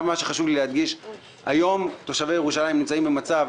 מה שחשוב לי להדגיש הוא שהיום תושבי ירושלים נמצאים במצב